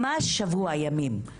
ממש שבוע ימים,